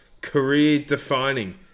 career-defining